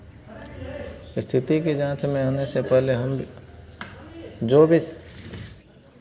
स्थिति की जांच में होने से पहले हम जो भी